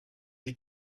des